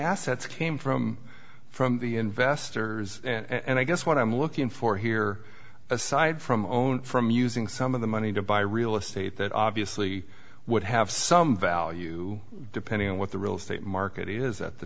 assets came from from the investors and i guess what i'm looking for here aside from own from using some of the money to buy real estate that obviously would have some value depending on what the real estate market is at the